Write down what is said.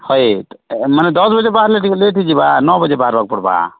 ହଏ ମାନେ ଦଶ ବଜେ ବାହାରିଲେ ଟିକେ ଲେଟ୍ ହେଇଯିବା ନଅ ବଜେ ବାହାରବାକେ ପଡ଼୍ବା